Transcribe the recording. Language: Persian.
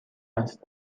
است